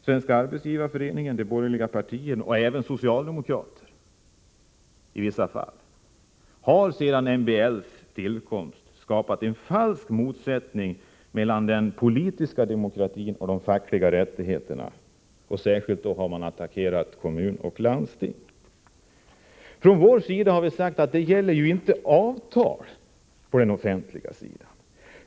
Svenska arbetsgivareföreningen, de borgerliga partierna och i vissa fall även socialdemokraterna har sedan MBL:s tillkomst skapat en falsk motsättning mellan den politiska demokratin och de fackliga rättigheterna. Särskilt har man attackerat kommuner och landsting. Vpk har sagt att det inte handlar om avtal på den offentliga sektorn.